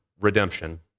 Redemption